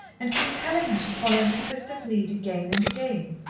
and compelling her to follow her sister's lead again and again.